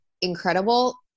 incredible